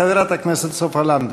חברת הכנסת סופה לנדבר.